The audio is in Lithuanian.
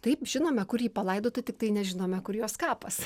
taip žinome kur ji palaidota tiktai nežinome kur jos kapas